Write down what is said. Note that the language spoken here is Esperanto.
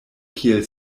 kiel